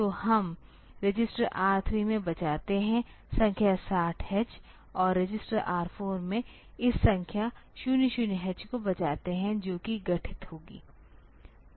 तो हम register R3 में बचाते हैं संख्या 60H और रजिस्टर R4 में हम संख्या 00H को बचाते हैं जो कि गठित होगी